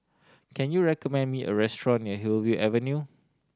can you recommend me a restaurant near Hillview Avenue